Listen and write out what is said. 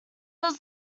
was